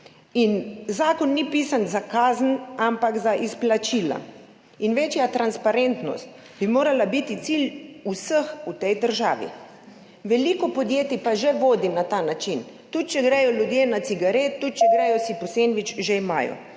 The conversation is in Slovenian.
Zakon ni napisan za kazen, ampak za izplačila. Večja transparentnost bi morala biti cilj vseh v tej državi. Veliko podjetij pa že vodi na ta način, tudi če gredo ljudje na cigareto, tudi če si gredo po sendvič, že imajo.